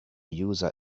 user